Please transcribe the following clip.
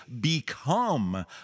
become